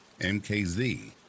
MKZ